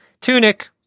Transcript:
Tunic